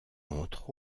entre